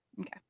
okay